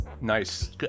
Nice